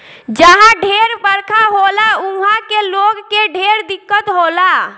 जहा ढेर बरखा होला उहा के लोग के ढेर दिक्कत होला